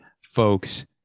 folks